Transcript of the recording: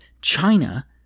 China